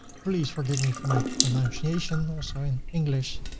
please forgive me for my pronunciation, also in english.